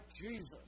Jesus